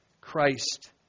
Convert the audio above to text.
Christ